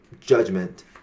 judgment